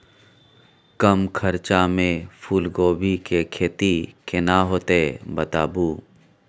कम खर्चा में फूलकोबी के खेती केना होते बताबू?